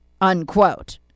unquote